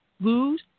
lose